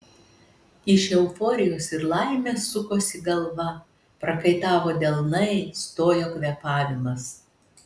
iš euforijos ir laimės sukosi galva prakaitavo delnai stojo kvėpavimas